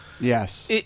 Yes